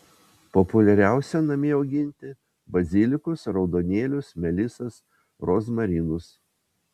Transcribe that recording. populiariausia namie auginti bazilikus raudonėlius melisas rozmarinus